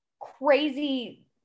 crazy